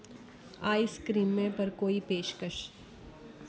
आइसक्रीमें पर कोई पेशकश